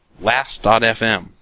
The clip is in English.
Last.fm